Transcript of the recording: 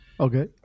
okay